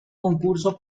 concurso